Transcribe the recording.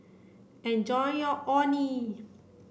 enjoy your Orh Nee